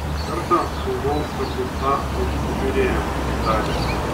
kartą buvau perdurta už žiūrėjimą tarė